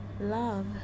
love